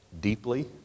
deeply